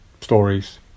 stories